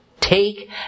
Take